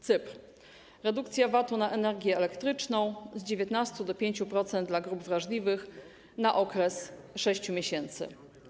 Cypr - redukcja VAT-u na energię elektryczną z 19 do 5% dla grup wrażliwych na okres 6 miesięcy.